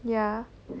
ya